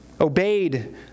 Obeyed